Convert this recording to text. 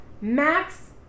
Max